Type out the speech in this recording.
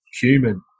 human